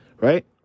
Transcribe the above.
Right